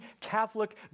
Catholic